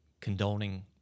condoning